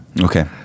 Okay